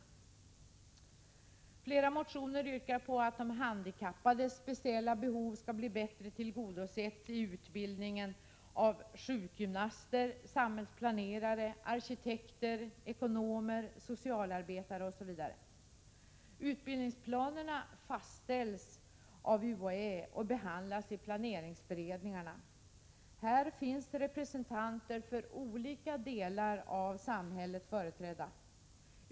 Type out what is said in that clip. I flera motioner yrkas på att de handikappades speciella behov skall bli bättre tillgodosedda i utbildningen av sjukgymnaster, samhällsplanerare, arkitekter, ekonomer, socialarbetare osv. Utbildningsplanerna fastställs av UHÄ och behandlas i planeringsberedningarna. Här finns representanter för olika delar av samhället.